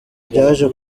byaje